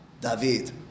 David